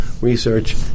research